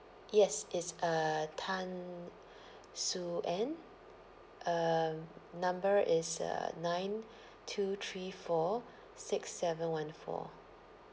yes it's uh tan soo ann um number is uh nine two three four six seven one four